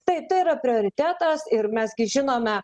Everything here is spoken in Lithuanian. taip tai yra prioritetas ir mes gi žinome